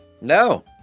No